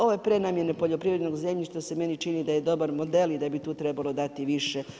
Ova prenamjena poljoprivrednog zemljišta se meni čini da je dobar model i da bi tu trebalo dati više općinama.